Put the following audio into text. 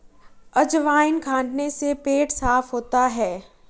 अजवाइन खाने से पेट साफ़ होता है